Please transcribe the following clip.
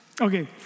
Okay